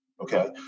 Okay